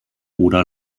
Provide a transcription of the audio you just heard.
oder